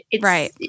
Right